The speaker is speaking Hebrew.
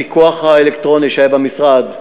הפיקוח האלקטרוני שהיה במשרד,